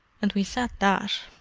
and we said that.